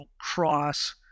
cross